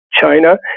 China